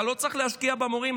אתה לא צריך להשקיע במורים,